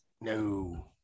No